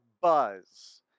buzz